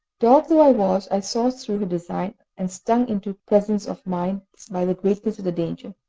dog though i was, i saw through her design, and stung into presence of mind by the greatness of the danger,